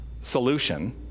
solution